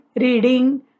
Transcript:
Reading